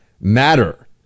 matter